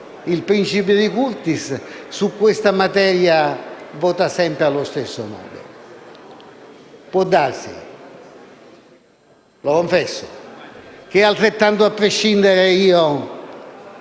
il principe de Curtis - su questa materia vota sempre allo stesso modo. Può darsi, confesso che altrettanto a prescindere io